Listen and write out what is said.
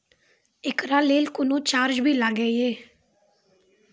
एकरा लेल कुनो चार्ज भी लागैये?